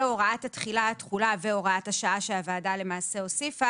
והוראת התחילה ותחולה והוראת השעה שהוועדה למעשה הוסיפה